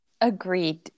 Agreed